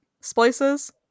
splices